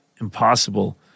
impossible